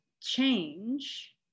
change